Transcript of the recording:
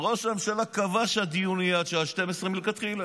ראש הממשלה קבע שהדיון יהיה עד שעה 24:00 מלכתחילה.